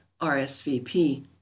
rsvp